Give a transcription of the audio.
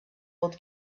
old